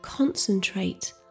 Concentrate